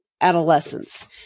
adolescence